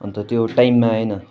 अन्त त्यो टाइममा आएन